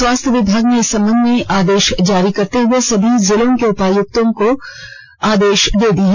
स्वास्थ्य विभाग ने इस संबध मे आदेश जारी करते हुए सभी जिलें के उपायुक्तों को दे दी है